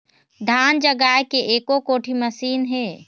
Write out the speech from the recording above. धान जगाए के एको कोठी मशीन हे?